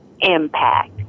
impact